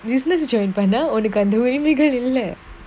business is joined by now or you can do it immediately leh